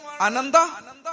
Ananda